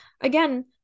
again